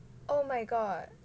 oh my god